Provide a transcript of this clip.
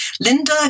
Linda